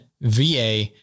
va